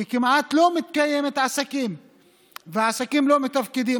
כי כמעט לא מתקיימים עסקים והעסקים לא מתפקדים,